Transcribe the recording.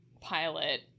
pilot